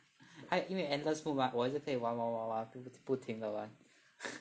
还有因为 endless food mah 我还是可以玩玩玩玩不停的玩